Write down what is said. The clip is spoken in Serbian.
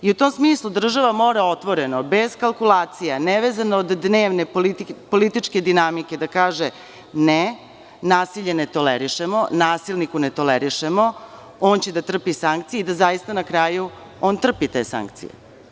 U tom smislu država mora otvoreno, bez kalkulacija, nevezano od dnevne političke dinamike da kaže ne, nasilje ne tolerišemo, nasilniku ne tolerišemo, on će da trpi sankcije i da zaista na kraju trpi te sankcije.